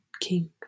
king